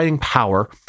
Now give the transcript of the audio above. power